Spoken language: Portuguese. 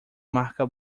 marca